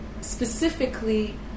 specifically